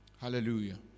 Hallelujah